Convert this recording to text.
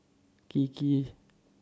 Kiki